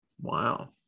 Wow